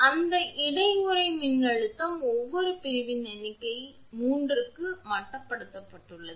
அந்த இடை உறை மின்னழுத்தம் ஒவ்வொரு பிரிவின் எண்ணிக்கை 3 க்கு மட்டுப்படுத்தப்பட்டுள்ளது